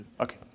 Okay